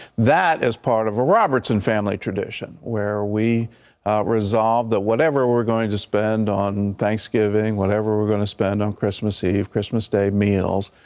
that is part of a robertson family tradition, where we resolved that whatever we're going to spend on thanksgiving, whatever we're going to spend on christmas eve, christmas day meals,